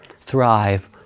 thrive